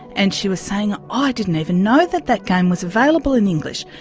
and she was saying, ah i didn't even know that that game was available in english.